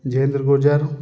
Jayendra Gujjar